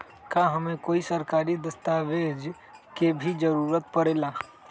का हमे कोई सरकारी दस्तावेज के भी जरूरत परे ला?